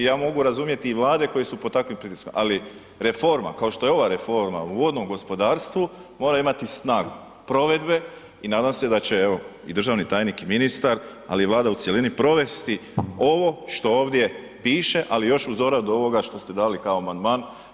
I ja mogu razumjeti i vlade koje su pod takvim pritiskom, ali reforma kao što je ova reforma u vodnom gospodarstvu mora imati snagu provedbe i nadam se da će evo i državni tajnik i ministar, ali i Vlada u cjelini provesti ovo što ovdje piše, ali još uz doradu ovoga što ste dali kao amandman.